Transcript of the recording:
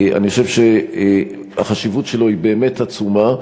אני חושב שהחשיבות שלו היא באמת עצומה.